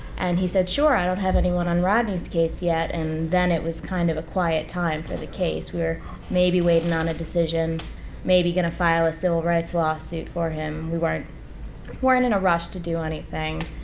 and he said, sure, i don't have anyone on rodney's case yet, and then it was kind of a quiet time for the case. we were maybe waiting on a decision maybe going to file a civil rights lawsuit for him. we weren't weren't in a rush to do anything.